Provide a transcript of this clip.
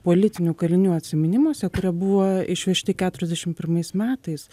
politinių kalinių atsiminimuose kurie buvo išvežti keturiasdešimt pirmais metais